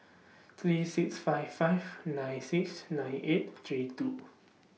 three six five five nine six nine eight three two